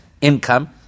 income